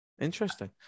Interesting